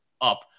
up